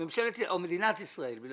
שמדינת ישראל - כי